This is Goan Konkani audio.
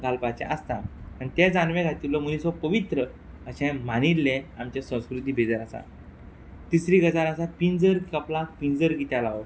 घालपाचें आसता आन तें जानवें घातिल्लो मनीस हो पवित्र अशें मानिल्लें आमचे संस्कृती भितर आसा तिसरी गजाल आसा पिंजर कपलाक पिंजर कित्या लावप